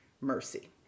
mercy